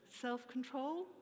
self-control